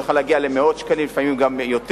זה היה יכול להגיע למאות שקלים, לפעמים גם יותר,